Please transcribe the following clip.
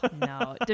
no